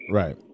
right